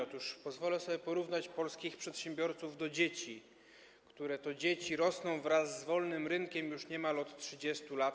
Otóż pozwolę sobie porównać polskich przedsiębiorców do dzieci, które to dzieci rosną wraz z wolnym rynkiem w Polsce już niemal od 30 lat.